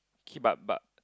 K but but